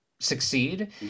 succeed